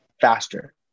faster